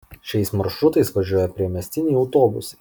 šiais maršrutais važiuoja priemiestiniai autobusai